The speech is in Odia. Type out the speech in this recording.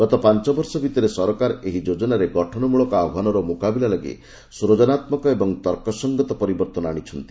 ଗତ ପାଞ୍ଚ ବର୍ଷ ଭିତରେ ସରକାର ଏହି ଯୋଚ୍ଚନାରେ ଗଠନମୂଳକ ଆହ୍ୱାନର ମୁକାବିଲା ଲାଗି ସୂଜନାତ୍ମକ ଏବଂ ତର୍କସଂଗତ ପରିବର୍ତ୍ତନ ଆଣିଛନ୍ତି